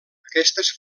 aquestes